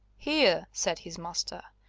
here, said his master,